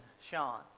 Sean